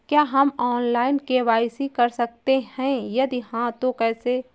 क्या हम online KYC कर सकते हैं यदि हाँ तो कैसे?